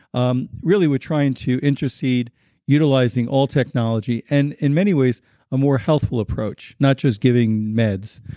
um really we're trying to intercede utilizing all technology and in many ways a more healthful approach. not just giving meds.